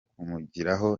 kumugiraho